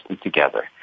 together